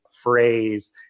phrase